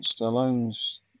Stallone's